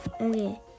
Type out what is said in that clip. Okay